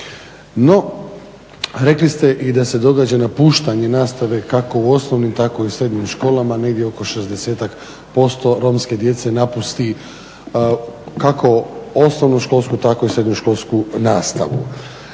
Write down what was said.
No, rekli ste i da se događa napuštanje nastave kako u osnovnim tako i u srednjim školama, negdje oko 60-ak posto romske djece napusti kako osnovnoškolsku tako i srednjoškolsku nastavu.